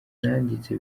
nanditse